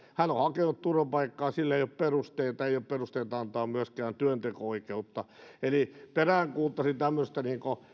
hän on on hakenut turvapaikkaa sille ei ole perusteita ei ole perusteita antaa myöskään työnteko oikeutta eli peräänkuuluttaisin tämmöistä